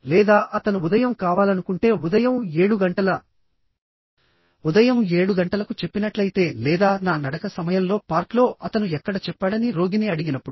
లేదా అతను ఉదయం కావాలనుకుంటే ఉదయం 7 గంటల ఉదయం 7 గంటలకు చెప్పినట్లయితే లేదా నా నడక సమయంలో పార్క్లో అతను ఎక్కడ చెప్పాడని రోగిని అడిగినప్పుడు